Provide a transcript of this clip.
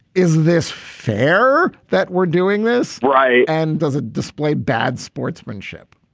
is this fair that we're doing this right? and does it display bad sportsmanship?